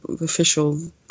official